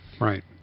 Right